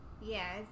Yes